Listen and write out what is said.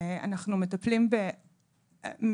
אנחנו מטפלים במאות,